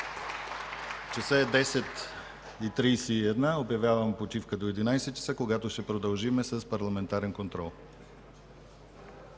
Часът е 10,31. Обявявам почивка до 11,00 ч., когато ще продължим с парламентарен контрол.